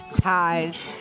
ties